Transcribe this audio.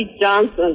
Johnson